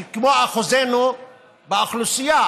כמו אחוזנו באוכלוסייה,